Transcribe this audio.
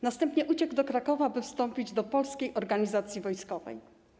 Następnie uciekł do Krakowa, by wstąpić do Polskiej Organizacji Wojskowej.